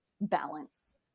balance